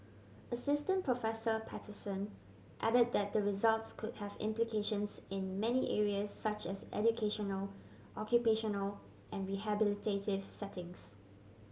Assistant Professor Patterson add that the results could have implications in many areas such as educational occupational and rehabilitative settings